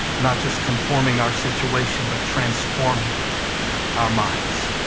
not just conforming our situation but transforming our minds.